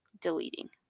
deleting